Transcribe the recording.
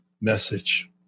message